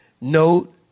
note